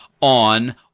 on